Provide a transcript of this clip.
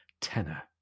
tenor